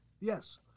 Yes